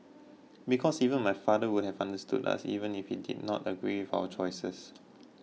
because even my father would have understood us even if he did not agree with our choices